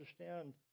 understand